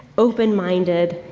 open-minded,